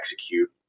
execute